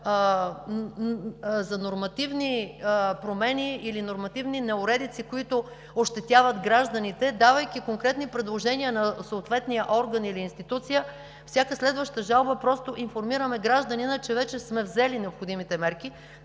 за нормативни промени или нормативни неуредици, които ощетяват гражданите, давайки конкретни предложения на съответния орган или институция, с всяка следваща жалба просто информираме гражданина, че вече сме взели необходимите мерки.